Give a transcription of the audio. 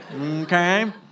Okay